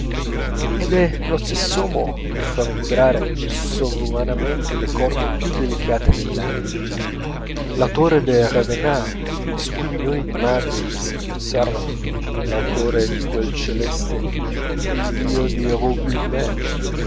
ed è lo stess'uomo che fa vibrare sovrumanamente le corde più delicate dell'anima l'autore del revenant su cui milioni di madri singhiozzarono l'autore di quel celeste idillio di